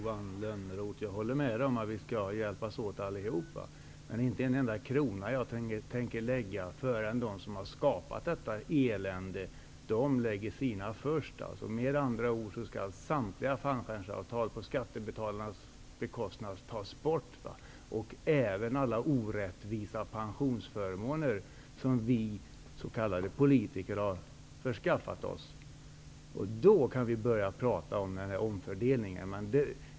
Herr talman! Jag håller med Johan Lönnroth om att vi skall hjälpas åt. Men jag tänker inte lägga fram en enda krona förrän de som har skapat detta elände har lagt fram sina kronor först. Med andra ord skall samtliga fallskärmsavtal som bekostas av skattebetalarna tas bort. Det gäller även alla orättvisa pensionsförmåner som vi s.k. politiker har förskaffat oss. Då kan vi börja prata om omfördelning.